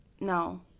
no